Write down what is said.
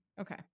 Okay